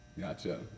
Gotcha